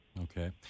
Okay